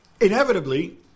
inevitably